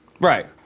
Right